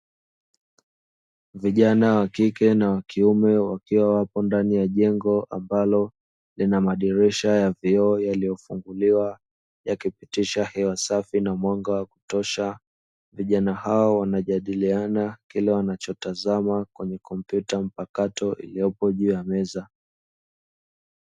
Vijana wakike na wakiume wakiwa wapo ndani ya jengo ambalo lina madirisha ya vioo yaliyofunguliwa yakipitisha hewa safi na mwanga wa kutosha, vijana hao wanajadiliana kile wanachotazama kwenye kompyuta mpakato iliyopo juu ya meza.